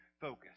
focus